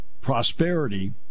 prosperity